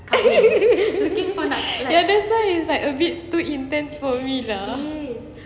ya that's why it's like a bit too intense for me lah